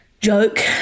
joke